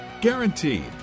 Guaranteed